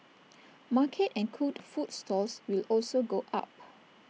market and cooked food stalls will also go up